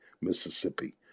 Mississippi